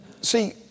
See